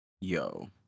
Yo